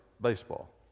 baseball